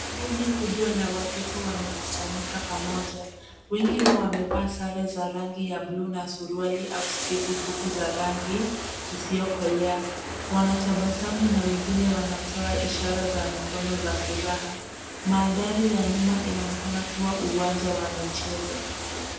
Kundi kubwa la watoto wamekusanyika pamoja. Wengi wao wamevaa sare za rangi ya bluu na suruali au sketi fupi za rangi isiyokolea. Wanatabasamu na wengine wanatoa ishara za mikono za furaha. Mandhari ya nyuma inaonekana kuwa uwanja wa michezo.